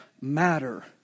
matter